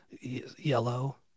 Yellow